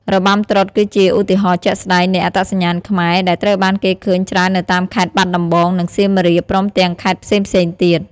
របាំត្រុដិ គឺជាឧទាហរណ៍ជាក់ស្តែងនៃអត្តសញ្ញាណខ្មែរ ដែលត្រូវបានគេឃើញច្រើននៅតាមខេត្តបាត់ដំបង និងសៀមរាបព្រមទាំងខេត្តផ្សេងៗទៀត។